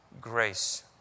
Grace